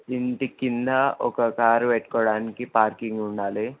ఇంటి క్రింద ఒక కారు పెట్టుకోవడానికి పార్కింగ్ ఉండాలి